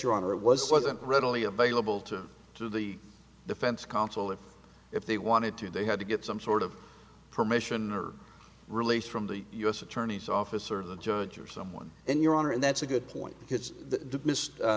honor it was it wasn't readily available to to the defense counsel and if they wanted to they had to get some sort of permission or release from the u s attorney's office or the judge or someone in your honor and that's a good point because the